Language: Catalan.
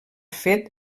fet